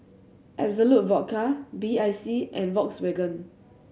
Absolut Vodka B I C and Volkswagen